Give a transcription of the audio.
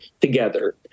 together